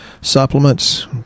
supplements